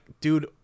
dude